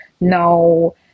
now